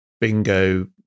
bingo